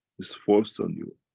it's forced on you.